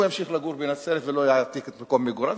הוא ימשיך לגור בנצרת ולא יעתיק את מקום מגוריו.